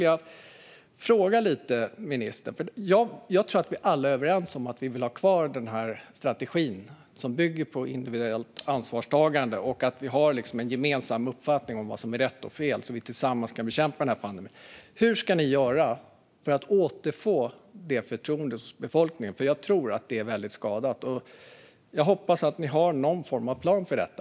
Jag tror att vi alla är överens om att vi vill ha kvar vår strategi, som bygger på individuellt ansvarstagande och en gemensam uppfattning om vad som är rätt och fel, så att vi tillsammans kan bekämpa pandemin. Hur ska ni göra för att återfå förtroendet hos befolkningen? Jag tror att det är väldigt skadat. Jag hoppas att ni har någon form av plan för detta.